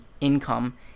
income